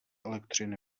elektřiny